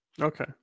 Okay